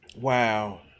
Wow